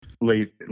late